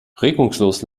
regungslos